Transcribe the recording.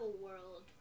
world